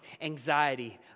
anxiety